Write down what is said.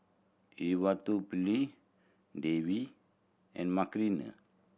Devi and Makineni